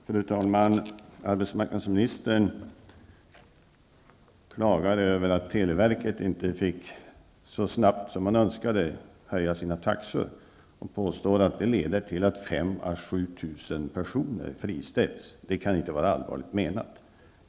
Fru talman! Arbetsmarknadsministern klagade över att televerket inte så snabbt som man önskade fick höja sina taxor. Han påstår att det leder till att 5 000--7 000 personer friställs. Det kan inte vara allvarligt menat.